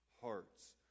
hearts